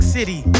City